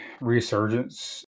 Resurgence